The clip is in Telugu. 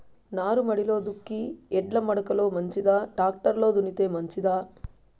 నారుమడిలో దుక్కి ఎడ్ల మడక లో మంచిదా, టాక్టర్ లో దున్నితే మంచిదా?